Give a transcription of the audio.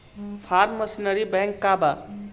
Form machinery bank का बा?